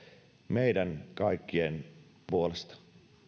meidän kaikkien puolesta